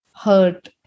hurt